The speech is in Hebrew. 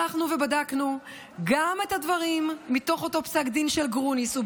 הלכנו ובדקנו גם את הדברים מתוך אותו פסק דין של גרוניס,